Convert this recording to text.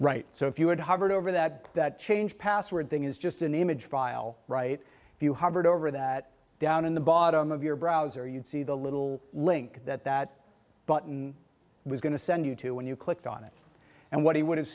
right so if you had hovered over that that change password thing is just an image file right if you harvard over that down in the bottom of your browser you'd see the little link that that button was going to send you to when you clicked on it and what he would have